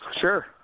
Sure